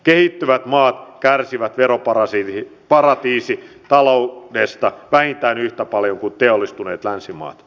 kehittyvät maat kärsivät veroparatiisitaloudesta vähintään yhtä paljon kuin teollistuneet länsimaat